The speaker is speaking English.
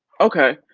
okay,